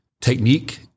technique